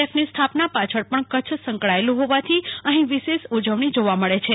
એફની સ્થાપના પાછળ પણ કચ્છ સંકળાયેલું હોવાથી અહી વિશેષ ઉજવણી જોવા મળી છે